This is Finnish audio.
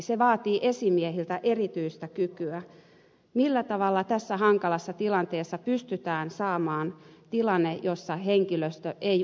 se vaatii esimiehiltä erityistä kykyä millä tavalla tässä hankalassa tilanteessa pystytään saamaan tilanne jossa henkilöstö ei uuvu